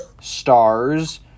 stars